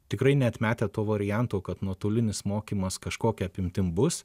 tikrai neatmetę to varianto kad nuotolinis mokymas kažkokia apimtim bus